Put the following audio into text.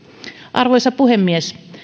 arvoisa puhemies